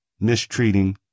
mistreating